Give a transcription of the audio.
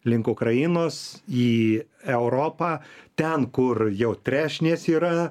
link ukrainos į europą ten kur jau trešnės yra